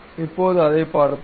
இப்போது அதைப் பார்ப்போம்